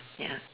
ya